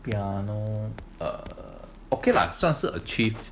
piano err okay lah 算是 achieved